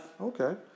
Okay